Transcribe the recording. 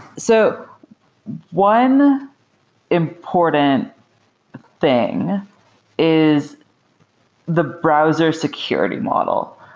so one important thing is the browser security model.